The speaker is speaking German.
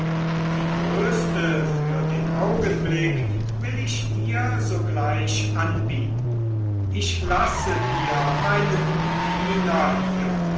die größte für den augenblick will ich dir sogleich anbieten ich lasse dir meinen diener hier